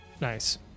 Nice